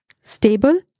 stable